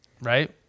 right